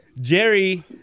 Jerry